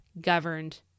governed